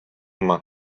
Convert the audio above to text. main